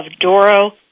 Doro